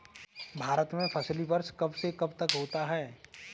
भारत में फसली वर्ष कब से कब तक होता है?